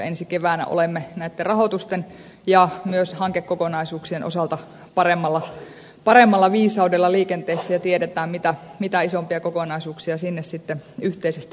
ensi keväänä olemme näitten rahoitusten ja myös hankekokonaisuuksien osalta paremmalla viisaudella liikenteessä ja tiedämme mitä isompia kokonaisuuksia sinne sitten yhteisesti laitetaan